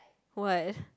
what